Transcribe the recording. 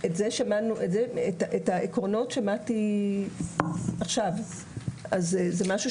שמעתי עכשיו את העקרונות.